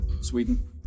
Sweden